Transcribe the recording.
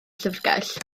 llyfrgell